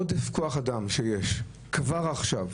עודף כוח האדם שיש כבר עכשיו,